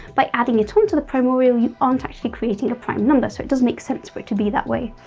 by adding it on to the primorial you aren't actually creating a prime number so it does make sense for it to be that way,